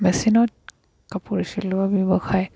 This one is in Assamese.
মেচিনত কাপোৰ চিলোৱা ব্যৱসায়